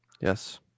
yes